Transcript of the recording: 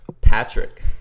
Patrick